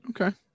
Okay